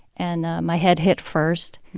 and my head hit first.